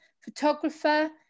photographer